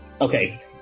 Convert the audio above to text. Okay